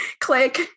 Click